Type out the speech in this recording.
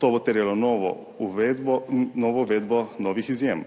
To bo terjalo uvedbo novih izjem,